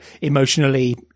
emotionally